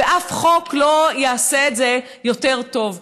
ואף חוק לא יעשה את זה יותר טוב.